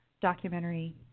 documentary